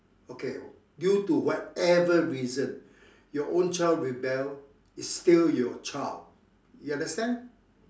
okay due to whatever reason your own child rebel is still your child you understand